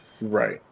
Right